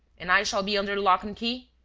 and i shall be under lock and key?